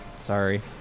Sorry